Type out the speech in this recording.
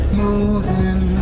moving